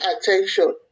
attention